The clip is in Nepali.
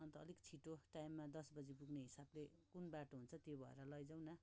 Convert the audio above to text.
अन्त अलिक छिटो टाइममा दस बजी पुग्ने हिसाबले कुन बाटो हुन्छ त्यो भएर लैजाऊ न